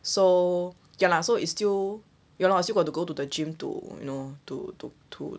so ya lah so it's still ya lor I still got to go to the gym to you know to to to